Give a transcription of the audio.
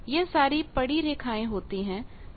यह सारी पड़ी रेखाएं होती है